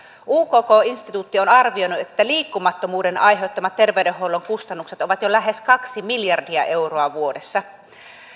ukk instituutti on arvioinut että liikkumattomuuden aiheuttamat terveydenhuollon kustannukset ovat jo lähes kaksi miljardia euroa vuodessa